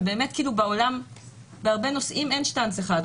ובעולם בהרבה נושאים אין שטנץ אחד,